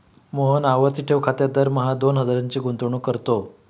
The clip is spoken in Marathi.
मोहन आवर्ती ठेव खात्यात दरमहा दोन हजारांची गुंतवणूक करतो